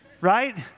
right